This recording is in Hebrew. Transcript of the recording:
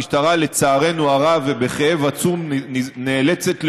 המשטרה, לצערנו הרב ובכאב עצום, נאלצת להודיע,